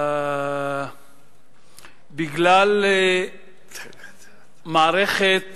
בגלל מערכת